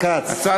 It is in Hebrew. זה בסדר.